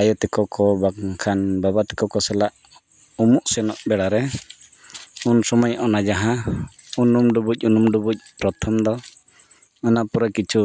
ᱟᱭᱳ ᱛᱟᱠᱚ ᱵᱟᱝᱠᱷᱟᱱ ᱵᱟᱵᱟ ᱛᱟᱠᱚ ᱠᱚ ᱥᱟᱞᱟᱜ ᱩᱢᱩᱜ ᱥᱮᱱᱚᱜ ᱵᱮᱲᱟ ᱨᱮ ᱩᱱ ᱥᱚᱢᱚᱭ ᱚᱱᱟ ᱡᱟᱦᱟᱸ ᱩᱱᱩᱢ ᱰᱩᱵᱩᱡ ᱩᱱᱩᱢ ᱰᱩᱵᱩᱡ ᱯᱨᱚᱛᱷᱚᱢ ᱫᱚ ᱚᱱᱟ ᱯᱚᱨᱮ ᱠᱤᱪᱷᱩ